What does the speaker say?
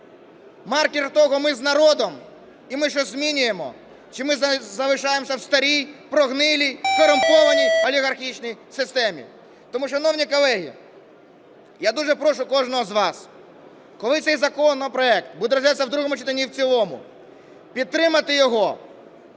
маркер того, ми з народом і ми щось змінюємо, чи ми залишаємося в старій, прогнилій, корумпованій олігархічній системі. Тому, шановні колеги, я дуже прошу кожного з вас, коли цей законопроект буде розглядатися в другому читанні і в цілому, підтримати його.